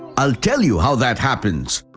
i will tell you how that happens.